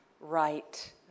right